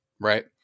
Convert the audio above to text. right